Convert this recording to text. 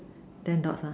ten dots ah